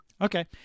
Okay